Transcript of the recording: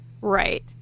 Right